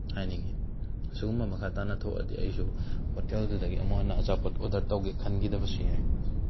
ꯍꯥꯏꯅꯤꯡꯉꯤ ꯁꯤꯒꯨꯝꯕ ꯃꯈꯥ ꯇꯥꯅ ꯊꯣꯛꯑꯗꯤ ꯑꯩꯁꯨ ꯍꯣꯇꯦꯜꯗꯨꯗꯒꯤ ꯑꯃꯨꯛ ꯍꯟꯅ ꯑꯆꯥꯄꯣꯠ ꯑꯣꯗꯔ ꯇꯧꯒꯦ ꯈꯟꯒꯤꯗꯕꯁꯨ ꯌꯥꯏ